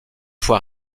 fois